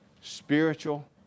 spiritual